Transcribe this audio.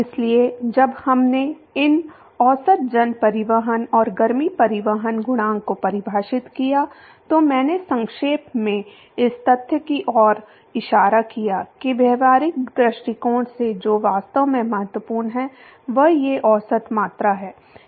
इसलिए जब हमने इन औसत जन परिवहन और गर्मी परिवहन गुणांक को परिभाषित किया तो मैंने संक्षेप में इस तथ्य की ओर इशारा किया कि व्यावहारिक दृष्टिकोण से जो वास्तव में महत्वपूर्ण है वह ये औसत मात्रा है